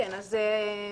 תודה.